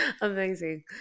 amazing